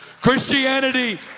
Christianity